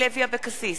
אינה נוכחת